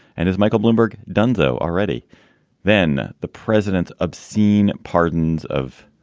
and is michael bloomberg done, though, already then the president's obscene pardons of.